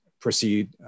proceed